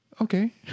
okay